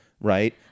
right